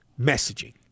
messaging